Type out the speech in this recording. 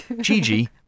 Gigi